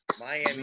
Miami